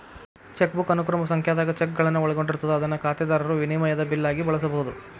chequebook ಅನುಕ್ರಮ ಸಂಖ್ಯಾದಾಗ ಚೆಕ್ಗಳನ್ನ ಒಳಗೊಂಡಿರ್ತದ ಅದನ್ನ ಖಾತೆದಾರರು ವಿನಿಮಯದ ಬಿಲ್ ಆಗಿ ಬಳಸಬಹುದು